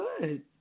Good